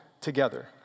together